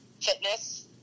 fitness